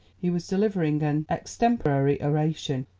he was delivering an extemporary oration.